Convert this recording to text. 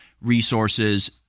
resources